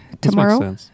tomorrow